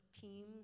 teams